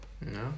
No